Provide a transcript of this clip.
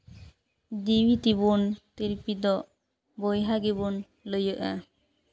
ᱡᱤᱣᱤ ᱛᱮᱵᱚᱱ ᱛᱤᱨᱯᱤᱛᱚᱜ ᱵᱚᱭᱦᱟ ᱜᱮᱵᱚᱱ ᱞᱟᱹᱭᱚᱜᱼᱟ